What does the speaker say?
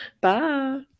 Bye